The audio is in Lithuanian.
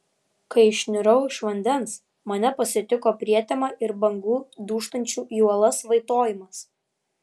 kai išnirau iš vandens mane pasitiko prietema ir bangų dūžtančių į uolas vaitojimas